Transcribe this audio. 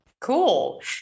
Cool